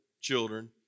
children